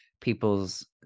people's